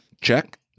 Check